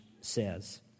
says